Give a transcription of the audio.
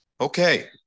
Okay